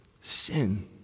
sin